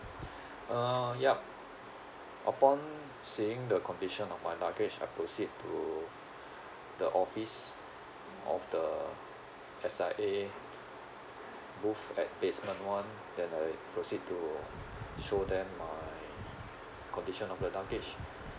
uh yup upon seeing the condition of my luggage I proceed to the office of the S_I_A booth at basement one then I proceed to show them my condition of the luggage